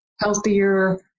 healthier